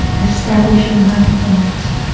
establish mindfulness.